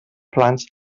plans